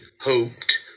hoped